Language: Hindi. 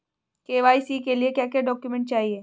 के.वाई.सी के लिए क्या क्या डॉक्यूमेंट चाहिए?